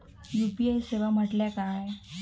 UPI सेवा म्हटल्या काय?